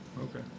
Okay